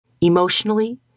Emotionally